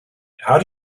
how